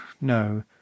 no